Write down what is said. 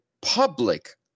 public